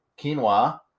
quinoa